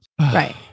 right